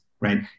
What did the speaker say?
right